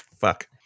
Fuck